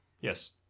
Yes